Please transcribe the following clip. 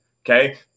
okay